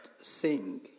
sing